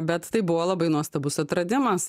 bet tai buvo labai nuostabus atradimas